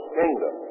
kingdom